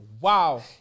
Wow